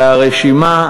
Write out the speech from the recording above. והרשימה,